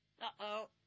Uh-oh